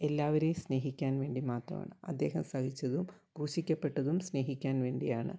എല്ലാവരെയും സ്നേഹിക്കാൻ വേണ്ടി മാത്രമാണ് അദ്ദേഹം സഹിച്ചതും ക്രൂശിക്കപ്പെട്ടതും സ്നേഹിക്കാൻ വേണ്ടിയാണ്